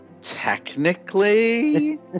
technically